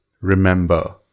Remember